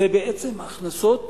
אלה בעצם הכנסות